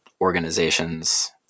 organizations